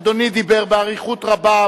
אדוני דיבר באריכות רבה,